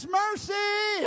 mercy